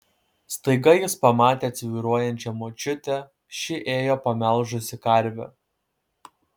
staiga jis pamatė atsvyruojančią močiutę ši ėjo pamelžusi karvę